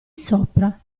sopra